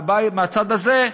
מהצד הזה,